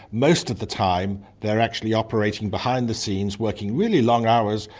most of the time they're actually operating behind the scenes, working really long hours,